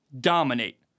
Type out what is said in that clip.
dominate